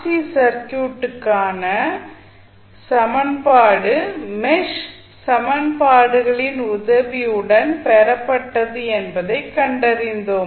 C சர்க்யூட்டுக்கான சமன்பாடு mesh சமன்பாடுகளின் உதவியுடன் பெறப்பட்டது என்பதைக் கண்டறிந்தோம்